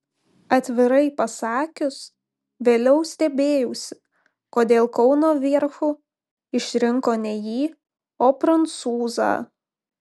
atvirai pasakius vėliau stebėjausi kodėl kauno vierchu išrinko ne jį o prancūzą